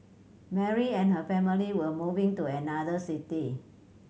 Mary and her family were moving to another city